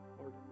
Lord